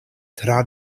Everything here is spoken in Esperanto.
tra